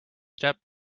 step